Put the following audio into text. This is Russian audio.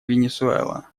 венесуэла